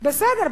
בסדר,